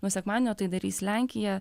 nuo sekmadienio tai darys lenkija